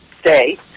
stay